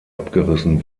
abgerissen